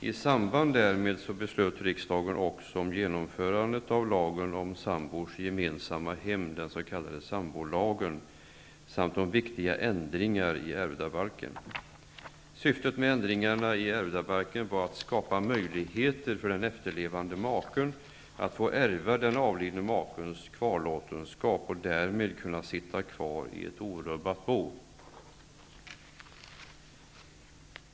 I samband därmed beslöt riksdagen också om genomförande av lagen om sambors gemensamma hem, den s.k. sambolagen, och om viktiga ändringar i ärvdabalken. Syftet med ändringarna i ärvdabalken var att skapa möjligheter för den efterlevande maken att få ärva den avlidne makens kvarlåtenskap och därmed kunna sitta kvar i orubbat bo.